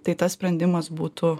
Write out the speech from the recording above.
tai tas sprendimas būtų